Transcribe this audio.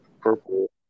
purple